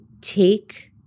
take